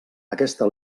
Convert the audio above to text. aquesta